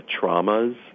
traumas